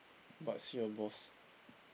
but see your boss